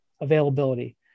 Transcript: availability